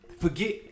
Forget